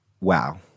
Wow